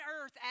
earth